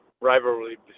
rivalry